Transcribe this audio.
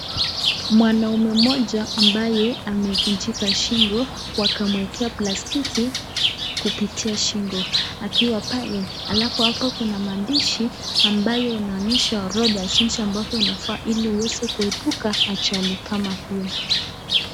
Mwanaume mmoja ambaye amevunjika shingo wakamwekea plastiki kupitia shingo akiwa pale alafu hapa kuna maandishi ambayo inaonyesha orodha jinsi ambayo unafaa ili uweze kuepuka ajali kama hiyo.